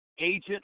Agent